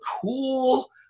cool